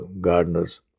gardeners